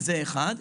זה דבר אחד.